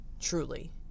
truly